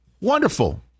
Wonderful